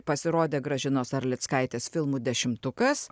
pasirodė gražinos arlickaitės filmų dešimtukas